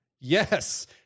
Yes